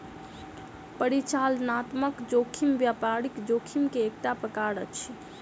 परिचालनात्मक जोखिम व्यापारिक जोखिम के एकटा प्रकार अछि